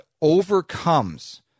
overcomes